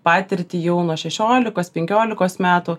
patirtį jau nuo šešiolikos penkiolikos metų